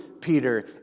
Peter